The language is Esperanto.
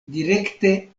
direkte